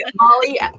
Molly